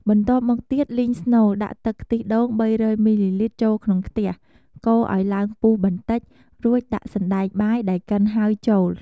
បន្ទាប់មកទៀត លីងស្នូល ដាក់ទឹកខ្ទិះដូង ៣០០ មីលីលីត្រ ចូលក្នុងខ្ទះ កូរឱ្យឡើងពុះបន្តិច រួចដាក់សណ្ដែកបាយដែលកិនហើយចូល។